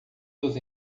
dos